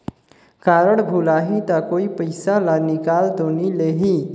Card भुलाही ता कोई पईसा ला निकाल तो नि लेही?